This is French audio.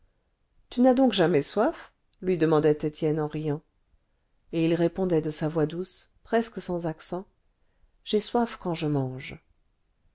tu n'as donc jamais soif lui demandait étienne en riant et il répondait de sa voix douce presque sans accent j'ai soif quand je mange